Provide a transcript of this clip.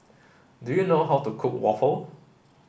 do you know how to cook waffle